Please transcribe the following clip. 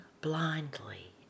blindly